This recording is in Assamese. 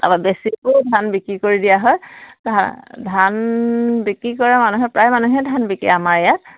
অলপ বেছিকৈ ধান বিক্ৰী কৰি দিয়া হয় ধা ধান বিক্ৰী কৰে মানুহে প্ৰায় মানুহে ধান বিকে আমাৰ ইয়াত